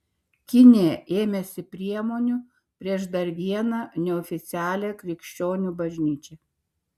kinija ėmėsi priemonių prieš dar vieną neoficialią krikščionių bažnyčią